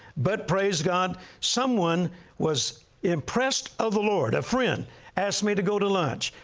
but, praise god, someone was impressed of the lord. a friend asked me to go to lunch,